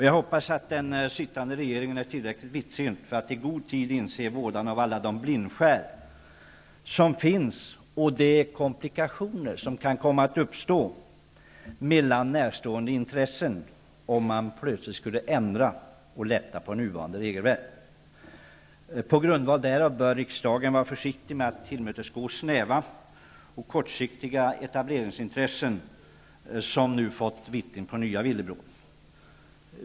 Jag hoppas att den sittande regeringen är tillräckligt vidsynt för att i god tid inse vådan av alla de blindskär som finns och de komplikationer som kan komma att uppstå mellan närstående intressen om man plötsligt skulle lätta på nuvarande regelverk. På grundval därav bör riksdagen vara försiktig med att tillmötesgå snäva och kortsiktiga etableringsintressen, som nu fått vittring på nya villebråd.